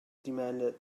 demanded